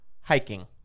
Hiking